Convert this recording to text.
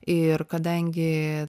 ir kadangi